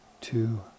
two